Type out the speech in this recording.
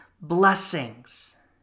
blessings